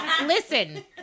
listen